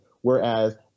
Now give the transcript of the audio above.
Whereas